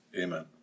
Amen